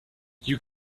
you